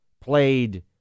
played